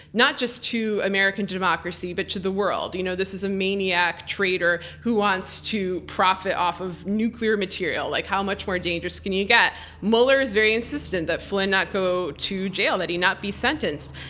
not just to american democracy, but to the world. you know this is a maniac trader who wants to profit off of nuclear material. like how much more dangerous can you get? mueller is very insistent that flynn not go to jail, that he not be sentenced.